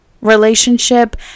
relationship